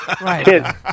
Right